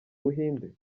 buhinde